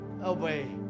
away